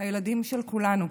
הילדים של כולנו.